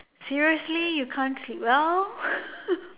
seriously you can't sleep well